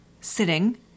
sitting